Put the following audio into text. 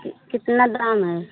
कितना दाम है